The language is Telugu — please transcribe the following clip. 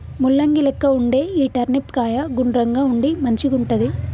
ముల్లంగి లెక్క వుండే ఈ టర్నిప్ కాయ గుండ్రంగా ఉండి మంచిగుంటది